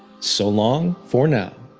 so long for now.